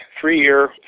three-year